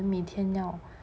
每天要